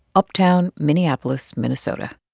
uptown, minneapolis, minnesota.